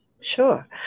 Sure